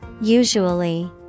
usually